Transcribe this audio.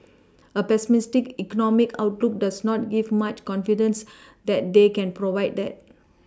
a pessimistic economic outlook does not give much confidence that they can provide that